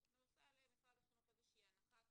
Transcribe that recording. את עושה למשרד החינוך איזושהי הנחה,